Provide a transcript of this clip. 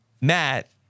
Matt